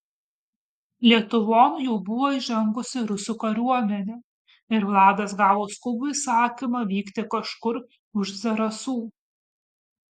lietuvon jau buvo įžengusi rusų kariuomenė ir vladas gavo skubų įsakymą vykti kažkur už zarasų